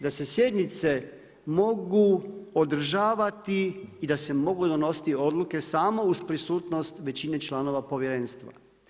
Da se sjednice mogu održavati i da se mogu donositi odluke samo uz prisutnost većine članova povjerenstva.